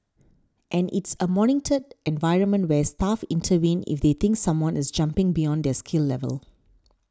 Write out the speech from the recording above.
and it's a monitored environment where staff intervene if they think someone is jumping beyond their skill level